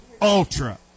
ultra